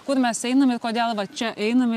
kur mes einame kodėl va čia einame